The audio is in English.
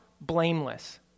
blameless